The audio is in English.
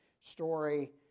story